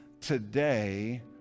today